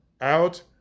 out